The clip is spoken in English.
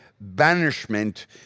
banishment